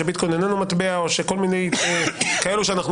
שהוא איננו מטבע או שכל מיני כאלה שאנחנו